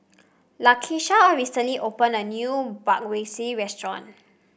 Lakisha recently opened a new Bratwurst Restaurant